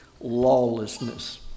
lawlessness